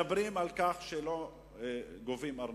מדברים על כך שלא גובים ארנונה.